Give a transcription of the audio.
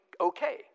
okay